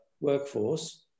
workforce